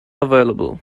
available